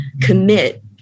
commit